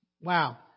wow